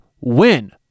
win